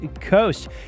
Coast